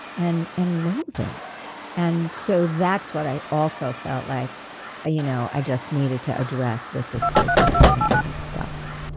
and and loathing. and so that's what i also felt like you know i just needed to address with this crazy aunt in the attic stuff.